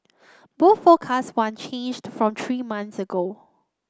both forecasts one changed from three months ago